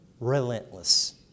relentless